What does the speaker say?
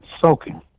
soaking